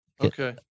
Okay